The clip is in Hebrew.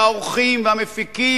והעורכים והמפיקים,